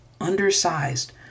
undersized